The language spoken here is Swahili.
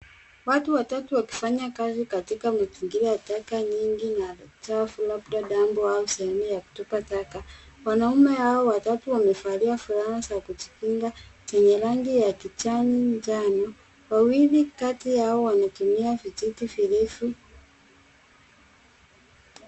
Watu watatu wakifanya kazi katika mazingira ya taka nyingi na uchafu labda dump au sehemu ya kutupa ya kutupa taka. Wanaume hao watatu wamevalia fulana za kujikinga zenye rangi ya kijani njano. Wawili kati yao wanatumia vijiti virefu.